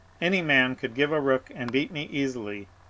any man could give a rook and beat me easily,